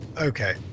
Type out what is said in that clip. Okay